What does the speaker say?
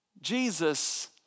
Jesus